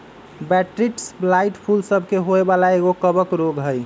Botrytis blight फूल सभ के होय वला एगो कवक रोग हइ